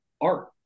art